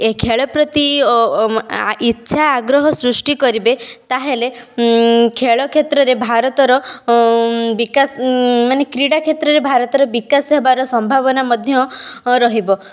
ଖେଳ ପ୍ରତି ଇଚ୍ଛା ଆଗ୍ରହ ସୃଷ୍ଟି କରିବେ ତା'ହେଲେ ଖେଳ କ୍ଷେତ୍ରରେ ଭାରତର ବିକାଶ ମାନେ କ୍ରୀଡ଼ା କ୍ଷେତ୍ରରେ ଭାରତର ବିକାଶ ହେବାର ସମ୍ଭାବନା ମଧ୍ୟ ରହିବ